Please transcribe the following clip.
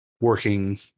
working